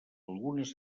algunes